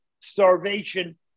starvation